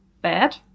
bad